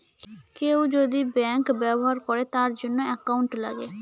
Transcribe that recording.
কেউ যদি ব্যাঙ্ক ব্যবহার করে তার জন্য একাউন্ট লাগে